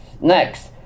Next